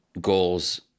goals